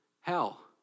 Hell